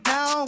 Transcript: Now